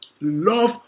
Love